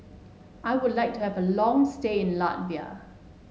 I would like to have a long stay in Latvia